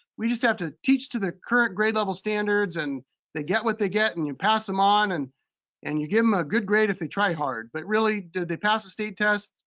we just have to teach to the current grade level standards, and they get what you get and you pass them on, and and you give them a good grade if they try hard. but really, did they pass the state test?